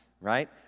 right